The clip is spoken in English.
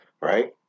right